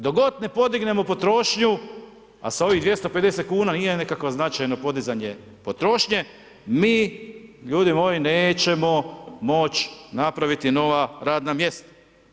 Dok god ne podignemo potrošnju, a sa ovih 250,00 kn nije nekakvo značajno podizanje potrošnje, mi, ljudi moji, nećemo moći napraviti nova radna mjesta.